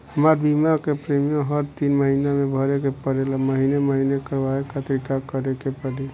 हमार बीमा के प्रीमियम हर तीन महिना में भरे के पड़ेला महीने महीने करवाए खातिर का करे के पड़ी?